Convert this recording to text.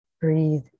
breathe